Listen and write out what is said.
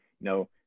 no